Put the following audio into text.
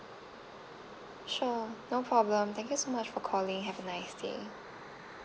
sure no problem thank you so much for calling have a nice day